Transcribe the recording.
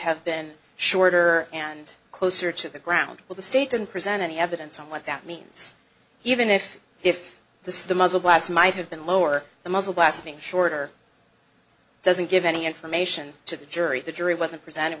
have been shorter and closer to the ground where the state didn't present any evidence on what that means even if if the the muzzle blast might have been lower the muzzle blasting shorter doesn't give any information to the jury the jury wasn't presented